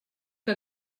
que